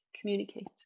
communicate